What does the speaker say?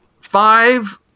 five